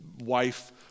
wife